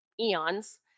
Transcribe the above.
eons